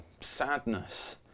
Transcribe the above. sadness